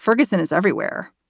ferguson is everywhere.